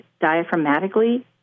diaphragmatically